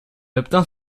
obtint